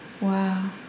Wow